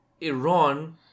Iran